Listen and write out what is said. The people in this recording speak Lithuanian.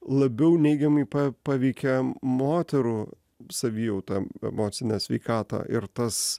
labiau neigiamai paveikė moterų savijautą emocinę sveikatą ir tas